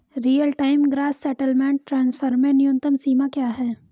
Real time gross settlement transfer में न्यूनतम सीमा क्या है?